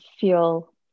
feel